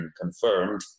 confirmed